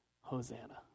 Hosanna